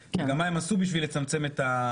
מסכימה שזו אוכלוסייה שחשוב לחסן אותה,